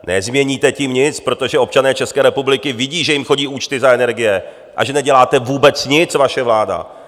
Nezměníte tím nic, protože občané České republiky vidí, že jim chodí účty za energie a že neděláte vůbec nic, vaše vláda.